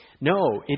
No